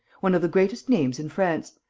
one of the greatest names in france.